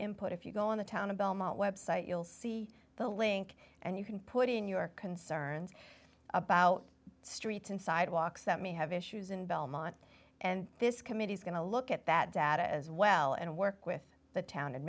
input if you go on the town of belmont website you'll see the link and you can put in your concerns about streets and sidewalks that may have issues in belmont and this committee is going to look at that data as well and work with the town a